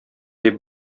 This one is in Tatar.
дип